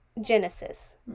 Genesis